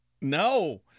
no